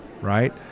right